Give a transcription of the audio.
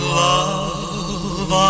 love